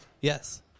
Yes